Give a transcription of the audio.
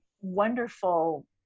wonderful